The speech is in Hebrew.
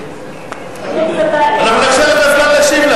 אנחנו נאפשר את הזמן להשיב לה.